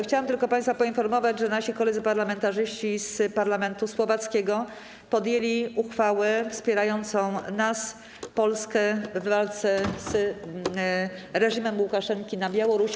Chciałam tylko państwa poinformować, że nasi koledzy parlamentarzyści z parlamentu słowackiego podjęli uchwałę wspierającą nas, Polskę, w walce z reżimem Łukaszenki na Białorusi.